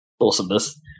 awesomeness